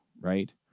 right